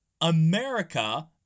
America